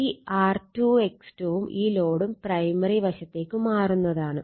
ഈ R2 X2 വും ഈ ലോഡും പ്രൈമറി വശത്തേക്ക് മാറുന്നതാണ്